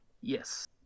Yes